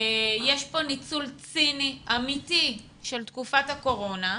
יש כאן ניצול ציני אמיתי של תקופת הקורונה.